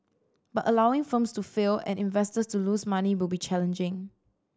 but allowing firms to fail and investors to lose money will be challenging